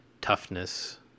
toughness